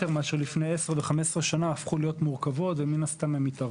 יותר מאשר לפני 10 ו-20 שנה ומן הסתם הן מתארכות.